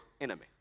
enemy